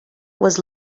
was